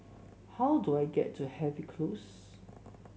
how do I get to Harvey Close